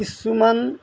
কিছুমান